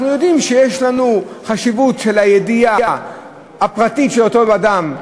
אנחנו יודעים שיש חשיבות לידיעה הפרטית של אותו אדם,